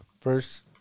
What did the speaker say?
first